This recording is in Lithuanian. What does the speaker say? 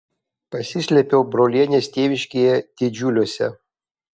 pasislėpiau brolienės tėviškėje didžiuliuose